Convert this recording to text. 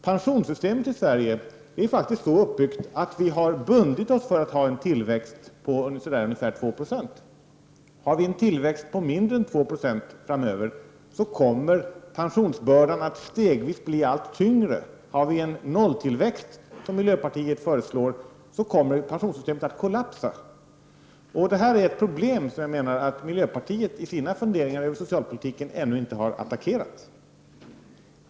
Pensionssystemet i Sverige är faktiskt så uppbyggt att vi har bundit oss för att ha en tillväxt på ungefär 2 70. Har vi en tillväxt på mindre än 2 90 framöver kommer pensionsbördan att stegvis bli allt tyngre. Har vi en nolltillväxt, som miljöpartiet föreslår, kommer pensionssystemet att kollapsa. Det här är ett problem som jag menar att miljöpartiet i sina funderingar över socialpolitiken ännu inte har attackerat.